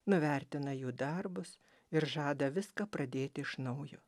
nuvertina jų darbus ir žada viską pradėti iš naujo